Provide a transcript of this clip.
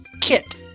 Kit